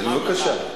אז בבקשה.